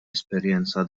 esperjenza